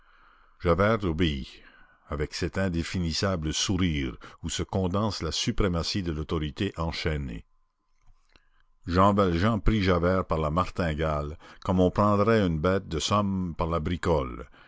javert obéit avec cet indéfinissable sourire où se condense la suprématie de l'autorité enchaînée jean valjean prit javert par la martingale comme on prendrait une bête de somme par la bricole